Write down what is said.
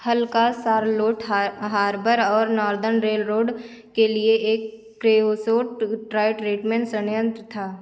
हल का Charlotte Harbor और नॉर्दर्न रेलरोड के लिए एक क्रेओसोट ट्राय ट्रीटमेंट सणयंत्र था